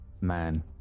Man